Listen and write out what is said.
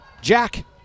Jack